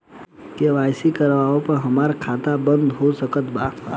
KYC ना करवाइला पर हमार खाता बंद हो सकत बा का?